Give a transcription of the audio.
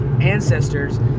ancestors